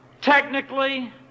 technically